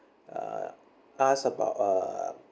uh ask about uh